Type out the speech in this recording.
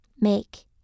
make